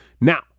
Now